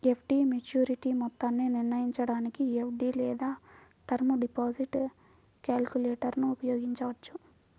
FD maturity మొత్తాన్ని నిర్ణయించడానికి FD లేదా టర్మ్ డిపాజిట్ క్యాలిక్యులేటర్ను ఉపయోగించవచ్చు